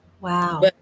Wow